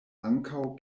ankaŭ